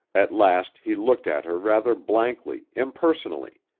at last he looked at her rather blankly, impersonally.